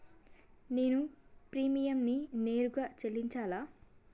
నేను ప్రీమియంని నేరుగా చెల్లించాలా?